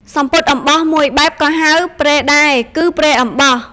សំពត់អំបោះមួយបែបក៏ហៅ ព្រែដែរ គឺព្រែអំបោះ។